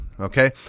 Okay